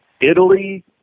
Italy